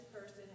person